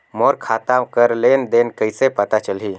मोर खाता कर लेन देन कइसे पता चलही?